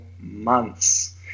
months